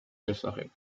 შესახებ